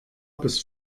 bis